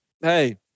hey